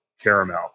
caramel